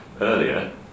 earlier